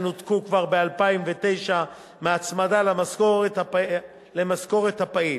שנותקו כבר ב-2009 מההצמדה למשכורת הפעילים.